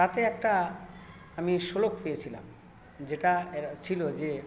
তাতে একটা আমি শ্লোক পেয়েছিলাম যেটা এর ছিল যে